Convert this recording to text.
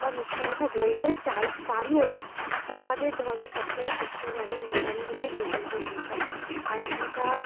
বা মিথ্যা কথা বলতে চাই পারিও না তা আমাদের ধর্মের সবথেকে শ্রেষ্ঠ বাণী যেমন হচ্ছে সেটা হলো গীতা আর গীতা